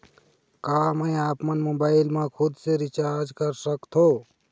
का मैं आपमन मोबाइल मा खुद से रिचार्ज कर सकथों?